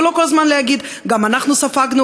ולא כל הזמן להגיד: גם אנחנו ספגנו,